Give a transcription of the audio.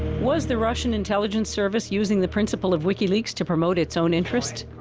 was the russian intelligence service using the principle of wikileaks to promote its own interests?